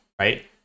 right